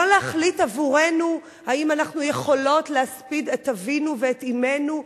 לא להחליט עבורנו אם אנחנו יכולות להספיד את אבינו ואת אמנו,